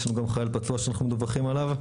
יש לנו גם חייל פצוע שאנחנו מדווחים עליו.